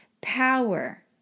power